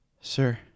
Sir